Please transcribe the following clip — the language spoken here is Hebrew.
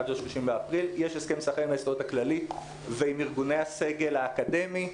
עד ה-30.4 יש הסכם שכר עם ההסתדרות הכללית ועם ארגוני הסגל האקדמי.